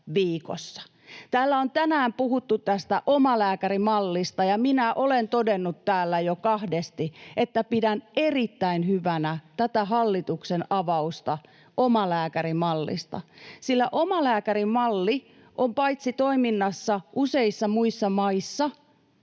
Täällä on tänään puhuttu tästä omalääkärimallista, ja olen todennut täällä jo kahdesti, että pidän erittäin hyvänä tätä hallituksen avausta omalääkärimallista, sillä paitsi, että omalääkärimalli on toiminnassa useissa muissa maissa,